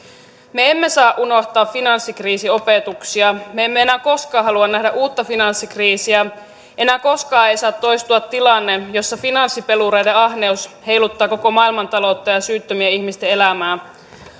me emme saa unohtaa finanssikriisin opetuksia me emme enää koskaan halua nähdä uutta finanssikriisiä enää koskaan ei saa toistua tilanne jossa finanssipelureiden ahneus heiluttaa koko maailmantaloutta ja ja syyttömien ihmisten elämää